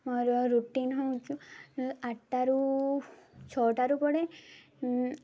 ମୋର ରୁଟିନ୍ ହେଉଛି ଆଠଟାରୁ ଛଅଟାରୁ ପଡ଼େ